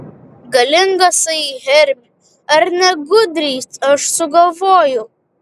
galingasai hermi ar ne gudriai aš sugalvojau